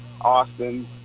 Austin